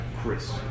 Chris